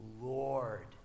Lord